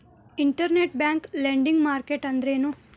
Internet bank lending market ಅಂದ್ರೇನು?